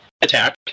attack